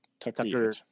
Tucker